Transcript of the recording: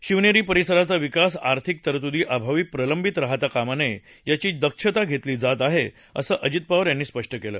शिवनेरी परिसराचा विकास आर्थिक तरतुदी अभावी प्रलंबित राहता कामा नये याची दक्षता घेतली जात आहे असं अजित पवार यांनी सांगितलं